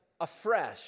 afresh